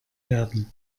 werden